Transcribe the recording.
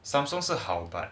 Samsung 是好 but